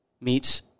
meets